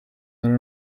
there